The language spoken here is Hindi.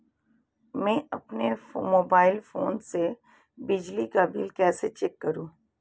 मैं अपने मोबाइल फोन से बिजली का बिल कैसे चेक करूं?